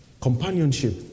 Companionship